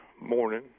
morning